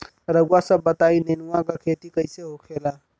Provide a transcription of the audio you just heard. रउआ सभ बताई नेनुआ क खेती कईसे होखेला?